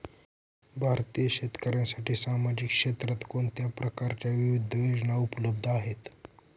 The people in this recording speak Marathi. भारतीय शेतकऱ्यांसाठी सामाजिक क्षेत्रात कोणत्या प्रकारच्या विविध योजना उपलब्ध आहेत?